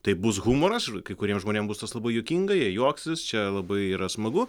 tai bus humoras kai kuriem žmonėm bus tas labai juokinga jie juoksis čia labai yra smagu